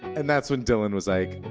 and that's when dylan was like,